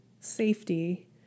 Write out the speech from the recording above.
safety